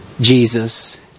Jesus